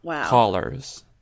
callers